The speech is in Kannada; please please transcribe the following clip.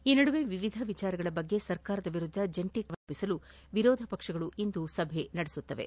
ಈ ನಡುವೆ ವಿವಿಧ ವಿಷಯಗಳ ಕುರಿತು ಸರ್ಕಾರದ ವಿರುದ್ದ ಜಂಟಿ ಕಾರ್ಯತಂತ್ರ ರೂಪಿಸಲು ವಿರೋಧ ಪಕ್ಷಗಳು ಇಂದು ಸಭೆ ನಡೆಸುತ್ತಿವೆ